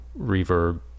reverb